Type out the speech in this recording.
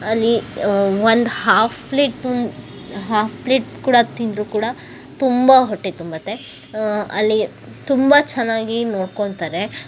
ಅಲ್ಲಿ ಒಂದು half plate half plate ಕೂಡ ತಿಂದ್ರೂ ಕೂಡ ತುಂಬ ಹೊಟ್ಟೆ ತುಂಬುತ್ತೆ ಅಲ್ಲಿ ತುಂಬ ಚೆನ್ನಾಗಿ ನೋಡ್ಕೊಳ್ತಾರೆ